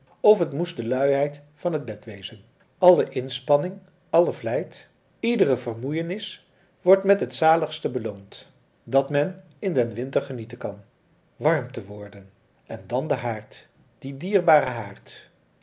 of het moest de luiheid van het bed wezen alle inspanning alle vlijt iedere vermoeienis wordt met het zaligste beloond dat men in den winter genieten kan warm te worden en dan de haard die dierbare haard